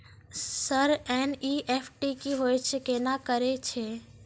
Sir NEFT की होय छै, केना करे छै?